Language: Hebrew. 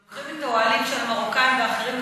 שלוקחים את האוהלים של המרוקאים והאחרים.